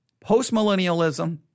post-millennialism